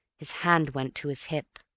his hand went to his hip,